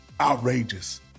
outrageous